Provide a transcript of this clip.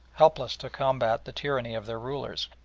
helpless to combat the tyranny of their rulers,